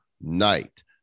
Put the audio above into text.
night